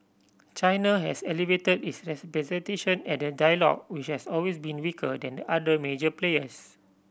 China has elevated its representation at the dialogue which has always been weaker than the other major players